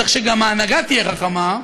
צריך שגם ההנהגה תהיה חכמה,